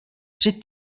tři